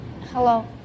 Hello